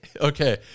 Okay